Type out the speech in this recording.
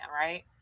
right